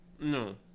No